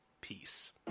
Peace